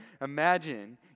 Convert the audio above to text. Imagine